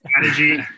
strategy